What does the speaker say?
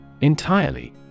Entirely